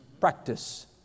Practice